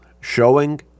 showing